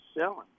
selling